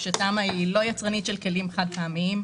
תמה אינה יצרנית של כלים חד-פעמיים.